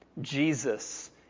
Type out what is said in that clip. Jesus